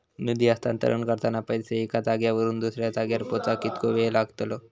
निधी हस्तांतरण करताना पैसे एक्या जाग्यावरून दुसऱ्या जाग्यार पोचाक कितको वेळ लागतलो?